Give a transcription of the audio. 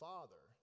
Father